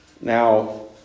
Now